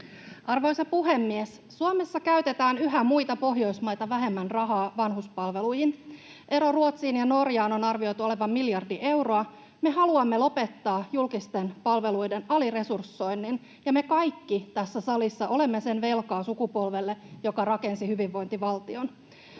Arvoisa puhemies! Suomessa käytetään yhä muita Pohjoismaita vähemmän rahaa vanhuspalveluihin. Eron Ruotsiin ja Norjaan on arvioitu olevan miljardi euroa. Me haluamme lopettaa julkisten palveluiden aliresursoinnin, ja me kaikki tässä salissa olemme sen velkaa sukupolvelle, joka rakensi hyvinvointivaltion.